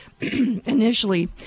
initially